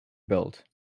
built